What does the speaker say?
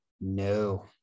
No